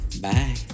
bye